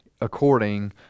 according